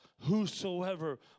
whosoever